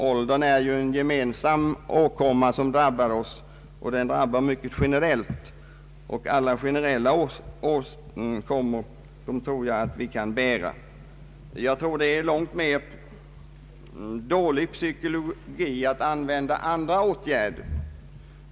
Åldern är ju en för oss alla gemensam åkomma som drabbar generellt, och generella åkommor brukar vi kunna bära. Det är en långt sämre psykologi att ta till andra åtgärder.